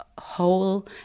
whole